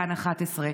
כאן 11,